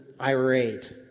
irate